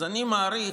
אז אני מעריך,